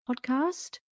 podcast